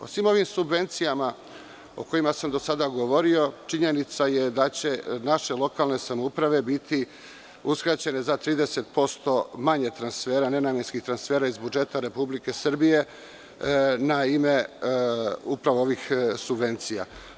O svim ovim subvencijama o kojima sam danas govorio, činjenica je da će naše lokalne samouprave biti uskraćene za 30% manje nenamenskih transfera iz budžeta Republike Srbije na ime upravo ovih subvencija.